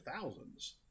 thousands